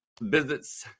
Visits